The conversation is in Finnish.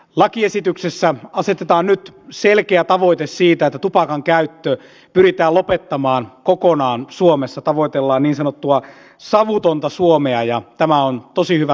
lakiesityksessä asetetaan nyt selkeä tavoite siitä että tupakan käyttö pyritään lopettamaan kokonaan suomessa tavoitellaan niin sanottua savutonta suomea ja tämä on tosi hyvä ja hieno tavoite